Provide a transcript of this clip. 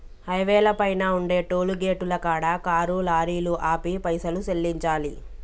హైవేల పైన ఉండే టోలుగేటుల కాడ కారు లారీలు ఆపి పైసలు సెల్లించాలి